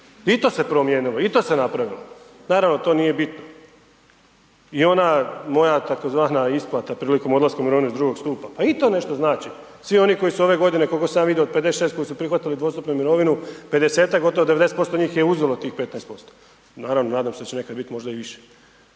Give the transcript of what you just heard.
I to se promijenilo i to se napravilo. Naravno to nije bitno. I ona moja tzv. isplata prilikom odlaska u mirovinu iz drugog stupa, pa i to nešto znači. Svi oni koji su ove godine od 56 koji su prihvatili dostupnu mirovinu, 50-tak gotovo 90% njih je uzelo tih 15%. Naravno nadam se da će nekada biti i možda više.